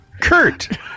Kurt